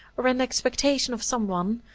or in expectation of some one,